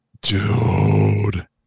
dude